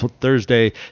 thursday